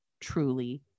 truly